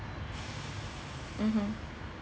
mmhmm